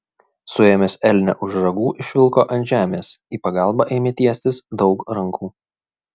suėmęs elnią už ragų išvilko ant žemės į pagalbą ėmė tiestis daug rankų